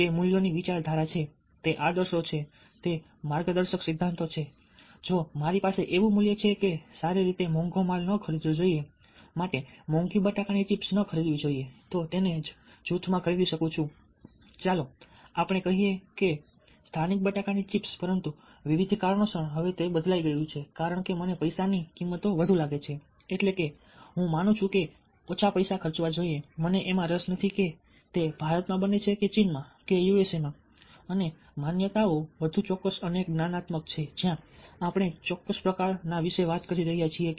તે મૂલ્યો ની વિચારધારા છે તે આદર્શો છે તે માર્ગદર્શક સિદ્ધાંતો છે જો મારી પાસે એવું મૂલ્ય છે કે સારી રીતે મોંઘો માલ ન ખરીદવો જોઈએ માટે મોંઘી બટાકાની ચિપ્સ ન ખરીદવી જોઈએ તો તેને જ જૂથ મા ખરીદી કરું છું ચાલો આપણે કહીએ કે સ્થાનિક બટાકાની ચિપ્સ પરંતુ વિવિધ કારણોસર હવે તે બદલાઈ ગયું છે કારણ કે મને પૈસાની કિંમત વધુ લાગે છે એટલે કે હું માનું છું કે ઓછા પૈસા ખર્ચવા જોઈએ મને એમાં રસ નથી કે તે ભારતમાં બને છે કે ચીનમાં કે યુએસમાં અને માન્યતાઓ વધુ ચોક્કસ અને જ્ઞાનાત્મક છે જ્યાં આપણે ચોક્કસ પ્રકારના વિશે વાત કરી રહ્યા છીએ